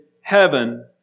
heaven